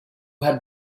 had